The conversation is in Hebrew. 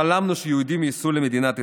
חלמנו שיהודים ייסעו למדינת ישראל.